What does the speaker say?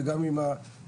וגם עם הספיישל-לימפיקס,